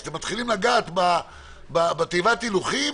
כשאתם מתחילים לגעת בתיבת ההילוכים,